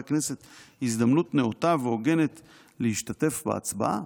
הכנסת הזדמנות נאותה והוגנת להשתתף בהצבעה?"